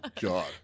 God